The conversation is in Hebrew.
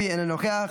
נוכח,